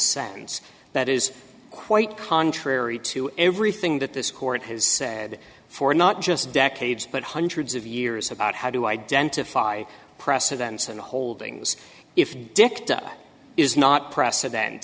sense that is quite contrary to everything that this court has said for not just decades but hundreds of years about how to identify precedents and holdings if dicta is not precedent